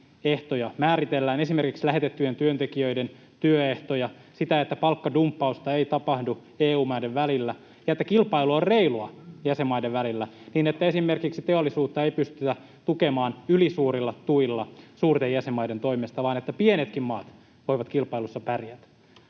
määritellään, esimerkiksi lähetettyjen työntekijöiden työehtoja, sitä, että palkkadumppausta ei tapahdu EU-maiden välillä ja että kilpailu on reilua jäsenmaiden välillä, niin että esimerkiksi teollisuutta ei pystytä tukemaan ylisuurilla tuilla suurten jäsenmaiden toimesta vaan että pienetkin maat voivat kilpailussa pärjätä.